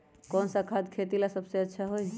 कौन सा खाद खेती ला सबसे अच्छा होई?